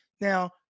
Now